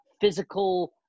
physical